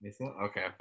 okay